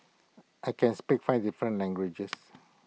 I can speak five different languages